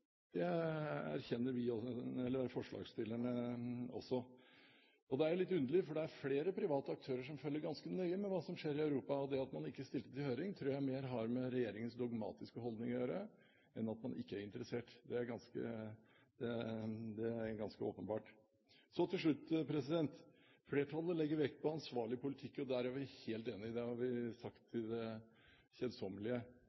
Det erkjenner forslagsstillerne også. Det er litt underlig, for det er flere private aktører som følger ganske nøye med på hva som skjer i Europa, og det at man ikke stilte til høring, tror jeg mer har med regjeringens dogmatiske holdning å gjøre enn at man ikke er interessert. Det er ganske åpenbart. Så til slutt: Flertallet legger vekt på en ansvarlig politikk. Her er vi helt enige, det har vi sagt